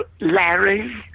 Larry